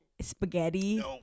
spaghetti